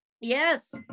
Yes